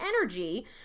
energy